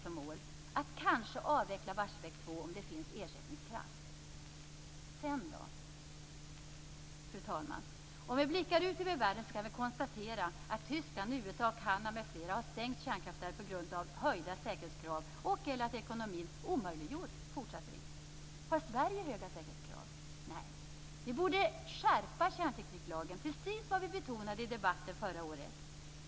Målet är att kanske avveckla Barsebäck 2 om det finns ersättningskraft. Vad händer sedan? Fru talman! Om vi blickar ut över världen kan vi konstatera att Tyskland, USA och Kanada m.fl. har stängt kärnkraftverk på grund av höjda säkerhetskrav och/eller att ekonomin omöjliggjort fortsatt drift. Har Sverige höga säkerhetskrav? Nej. Vi borde skärpa kärntekniklagen. Det är precis vad vi betonade i debatten förra året.